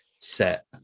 set